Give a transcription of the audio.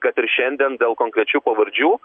kad ir šiandien dėl konkrečių pavardžių